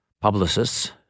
publicists